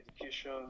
education